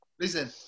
Listen